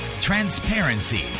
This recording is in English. transparency